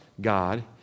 God